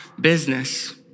business